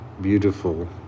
beautiful